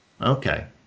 Okay